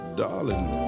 darling